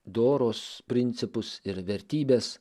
doros principus ir vertybes